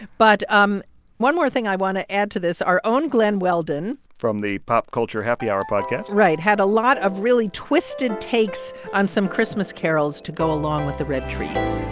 but um one more thing i want to add to this our own glen weldon. from the pop culture happy hour podcast right had a lot of really twisted takes on some christmas carols to go along with the red trees